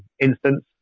instance